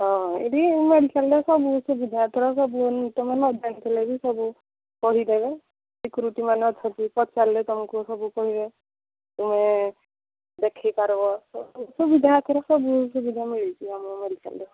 ହଁ ଏଇଠି ମେଡିକାଲ୍ରେ ସବୁ ସୁବିଧା ଏଥରକ ସବୁ ତୁମେ ନଜାଣିଥିଲେ ବି ସବୁ କହିଦେବେ ସିକ୍ୟୁରିଟି ମାନେ ଅଛନ୍ତି ପଚାରିଲେ ତୁମକୁ ସବୁ କହିବେ ତୁମେ ଦେଖେଇ ପାରିବ ସବୁ ସୁବିଧା ଏଥର ସବୁ ସୁବିଧା ମିଳିଯିବ ଆମ ମେଡିକାଲ୍ରେ